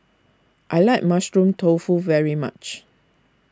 I like Mushroom Tofu very much